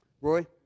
Roy